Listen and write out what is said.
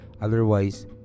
Otherwise